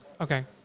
Okay